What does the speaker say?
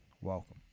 Welcome